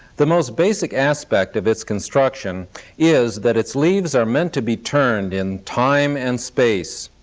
the most basic aspect of its construction is that its leaves are meant to be turned in time and space,